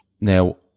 Now